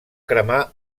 cremar